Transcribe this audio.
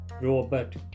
Robert